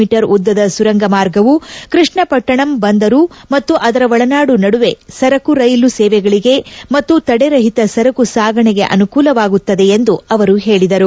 me ಉದ್ದದ ಸುರಂಗ ಮಾರ್ಗವು ಕೃಷ್ಣಪಟ್ಟಣಂ ಬಂದರು ಮತ್ತು ಅದರ ಒಳನಾಡು ನಡುವೆ ಸರಕು ರೈಲು ಸೇವೆಗಳಿಗೆ ಮತ್ತು ತಡೆರಹಿತ ಸರಕು ಸಾಗಣೆಗೆ ಅನುಕೂಲವಾಗುತ್ತದೆ ಎಂದು ಹೇಳಿದರು